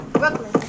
brooklyn